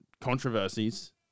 controversies